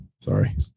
Sorry